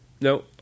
No